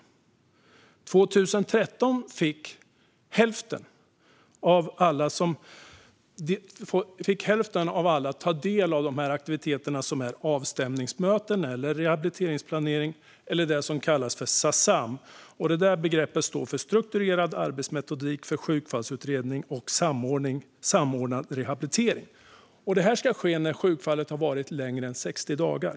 År 2013 fick hälften av alla ta del av avstämningsmöten, rehabiliteringsplanering eller det som kallas Sassam, vilket står för strukturerad arbetsmetodik för sjukfallsutredning och samordnad rehabilitering. Det här ska ske när sjukfallet har varit längre än 60 dagar.